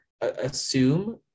assume